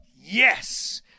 yes